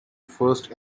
first